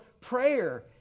prayer